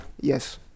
Yes